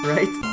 Right